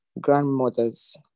grandmothers